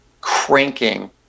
cranking